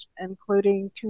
including